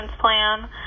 plan